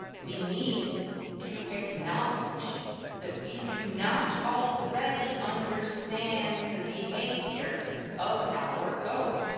we need to acknowledge that we do not already understand the behavior of our code.